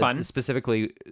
specifically